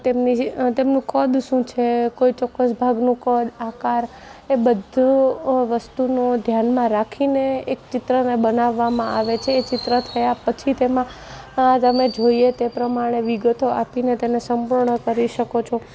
તેમનું કદ શું છે કોઈ ચોક્કસ ભાગનું કદ આકાર એ બધું વસ્તુનો ધ્યાનમાં રાખીને એક ચિત્રને બનાવવામાં આવે છે એ ચિત્ર થયા પછી તેમાં તમે જોઈએ તે પ્રમાણે વિગતો આપીને તેને સંપૂર્ણ કરી શકો છો